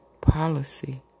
policy